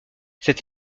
cette